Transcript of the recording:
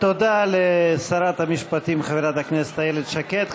תודה לשרת המשפטים חברת הכנסת איילת שקד.